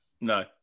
no